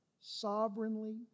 sovereignly